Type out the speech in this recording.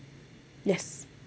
yes